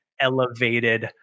elevated